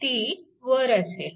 ती वर असेल